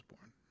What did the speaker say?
born